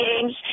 games